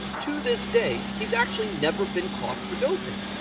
to this day, he's actually never been caught for doping.